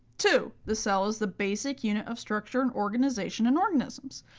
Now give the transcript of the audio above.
two the cell is the basic unit of structure and organization in organisms.